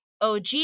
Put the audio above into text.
OG